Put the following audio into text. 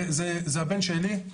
זה הבן שלי.